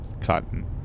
cotton